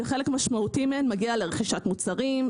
שחלק משמעותי מהן מגיע לרכישת מוצרים,